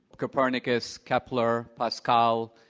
copernicus, kepler, pascal,